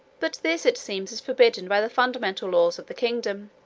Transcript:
but this, it seems, is forbidden by the fundamental laws of the kingdom,